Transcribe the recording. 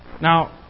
Now